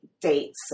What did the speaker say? dates